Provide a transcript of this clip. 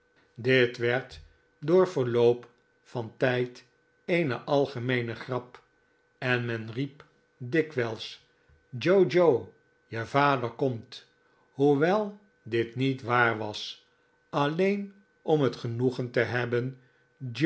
dit werd door verloop van tijd eene algemeene grap en men riep dikwijls joo joe je vader komt hoewel dit niet waar was alleen om het gejozef grimaldi noegen te hebben